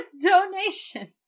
donations